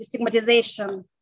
destigmatization